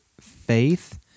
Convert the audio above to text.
faith